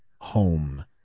home